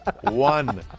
one